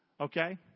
Okay